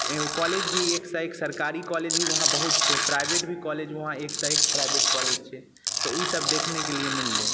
college भी एक सँ एक सरकारी कॉलेज भी वहाँ बहुत छै प्राइवेट भी कॉलेज वहाँ एक सँ एक प्राइवेट कॉलेज छै तऽ ईसब देखने के लिए मिललै